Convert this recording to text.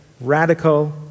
radical